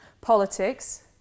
politics